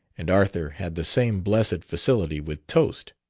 and arthur had the same blessed facility with toast.